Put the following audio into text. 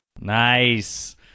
nice